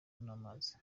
n’amazi